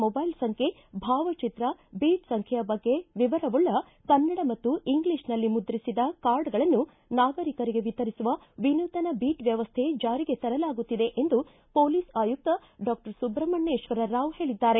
mobile ಸಂಖ್ಣೆ ಭಾವಚಿತ್ರ beat ಸಂಖ್ಣೆಯ ಬಗ್ಗೆ ವಿವರವುಳ್ಳ ಕನ್ನಡ ಮತ್ತು ಇಂಗ್ಲಿಷ್ನಲ್ಲಿ ಮುದ್ರಿಸಿದ ಕಾರ್ಡಗಳನ್ನು ನಾಗರಿಕರಿಗೆ ವಿತರಿಸುವ ವಿನೂತನ ಬೀಟ್ ವ್ಯವಸ್ಥೆ ಜಾರಿಗೆ ತರಲಾಗುತ್ತಿದೆ ಎಂದು ಪೊಲೀಸ್ ಆಯುಕ್ತ ಡಾಕ್ಸರ್ ಸುಬ್ರಮಣ್ನೇತ್ವರ ರಾವ್ ಹೇಳಿದ್ದಾರೆ